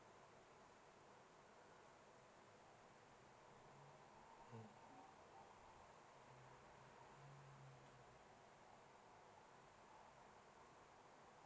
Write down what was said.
mm